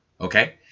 Okay